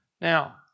Now